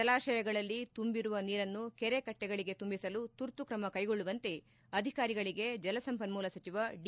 ಜಲಾತಯಗಳಲ್ಲಿ ತುಂಬಿರುವ ನೀರನ್ನು ಕೆರೆಕಟ್ಟೆಗಳಿಗೆ ತುಂಬಿಸಲು ತುರ್ತುತ್ರಮ ಕೈಗೊಳ್ಳುವಂತೆ ಅಧಿಕಾರಿಗಳಿಗೆ ಜಲಸಂಪನ್ನೂಲ ಸಚಿವ ಡಿ